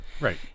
Right